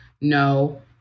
no